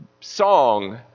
song